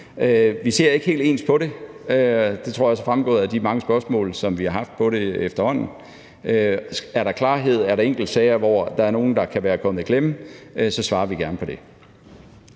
Vi ser ikke helt ens på det, og det tror jeg også er fremgået af de mange spørgsmål, som vi har haft om det efterhånden. Er der brug for klarhed, og er der enkeltsager, hvor der er nogen, der kan være kommet i klemme, svarer vi gerne på det.